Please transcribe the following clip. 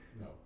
No